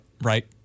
right